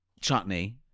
chutney